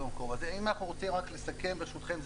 אם אנחנו רוצים רק לסכם, אז